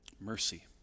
Mercy